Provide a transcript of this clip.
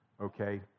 Okay